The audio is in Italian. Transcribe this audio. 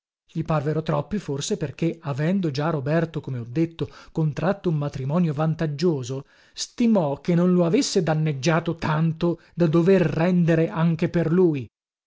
gli parvero troppi forse perché avendo già roberto comho detto contratto un matrimonio vantaggioso stimò che non lo avesse danneggiato tanto da dover rendere anche per lui